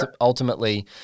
ultimately